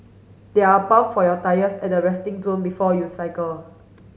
there are pump for your tyres at the resting zone before you cycle